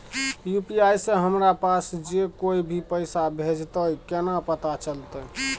UPI से हमरा पास जे कोय भी पैसा भेजतय केना पता चलते?